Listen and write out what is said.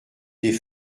des